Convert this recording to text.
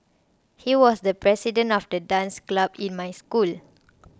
he was the president of the dance club in my school